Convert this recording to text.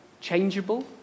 Changeable